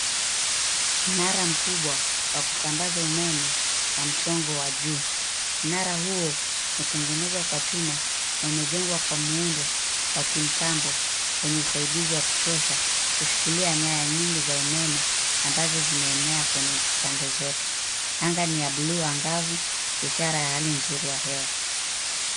Mnara mkubwa wa kusambaza umeme wa msongo wa juu. Mnara huo umetengenezwa kwa chuma na umejengwa kwa muundo wa kimtambo wenye usaidizi wa kutosha kushikilia nyaya nyingi za umeme ambazo zimeenea kwenye pande zote. Anga ni ya blue angavu ishara ya hali nzuri ya hewa.